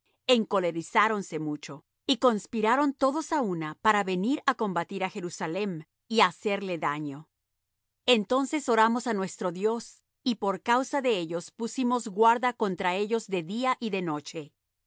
para venir á combatir á jerusalem y á hacerle daño entonces oramos á nuestro dios y por causa de ellos pusimos guarda contra ellos de día y de noche